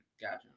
Gotcha